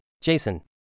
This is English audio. Jason